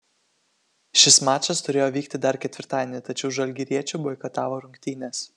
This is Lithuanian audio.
šis mačas turėjo vykti dar ketvirtadienį tačiau žalgiriečių boikotavo rungtynes